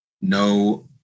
No